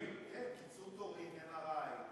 כן, קיצור תורים, MRI,